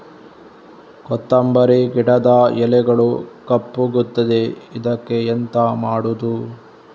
ಕೊತ್ತಂಬರಿ ಗಿಡದ ಎಲೆಗಳು ಕಪ್ಪಗುತ್ತದೆ, ಇದಕ್ಕೆ ಎಂತ ಮಾಡೋದು?